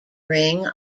ring